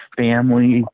family